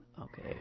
Okay